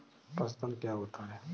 पशुधन क्या होता है?